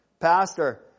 Pastor